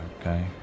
okay